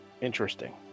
Interesting